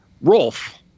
Rolf